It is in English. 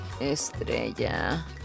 Estrella